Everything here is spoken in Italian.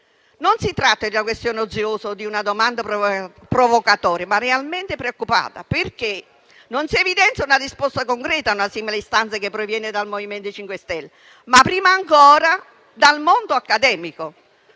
Non si tratta di una questione oziosa o di una domanda provocatoria, ma realmente preoccupata perché non si evidenzia una risposta concreta a una simile istanza che proviene dal Movimento 5 Stelle, ma prima ancora dal mondo accademico.